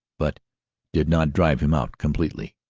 but did not drive him out completely.